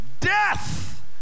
Death